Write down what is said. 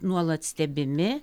nuolat stebimi